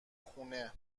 خونه